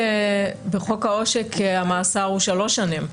בחוק העושק המאסר הוא שלוש שנים.